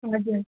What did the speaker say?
हजुर